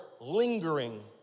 lingering